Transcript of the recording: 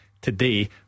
today